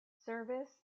service